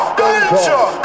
danger